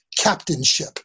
captainship